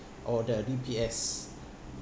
or the D_P_S